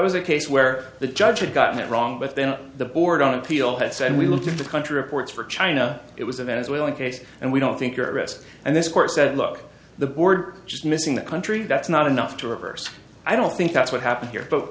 was a case where the judge had gotten it wrong but then the board on appeal had said we looked at the country reports for china it was a venezuelan case and we don't think are at risk and this court said look the board just missing the country that's not enough to reverse i don't think that's what happened